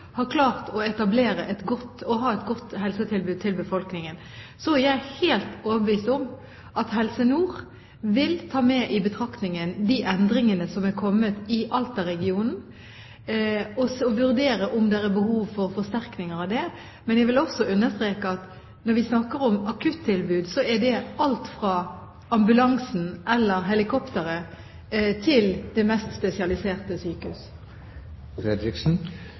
har klart å ha et godt helsetilbud til befolkningen. Så jeg er helt overbevist om at Helse Nord vil ta med i betraktningen de endringene som har kommet i Alta-regionen, og vurdere om det er behov for forsterkninger. Men jeg vil også understreke at når vi snakker om akuttilbud, er det alt fra ambulanse eller helikopter til det mest spesialiserte